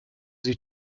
sie